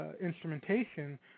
instrumentation